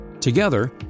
Together